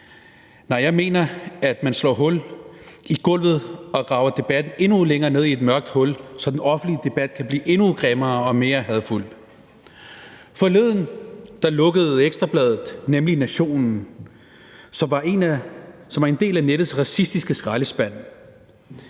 nej, jeg mener, at man slår hul i gulvet og graver debatten endnu længere ned i et mørkt hul, så den offentlige debat kan blive endnu grimmere og mere hadefuld. Forleden lukkede Ekstra Bladet nemlig Nationen, som var en del af nettets racistiske skraldespand.